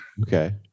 Okay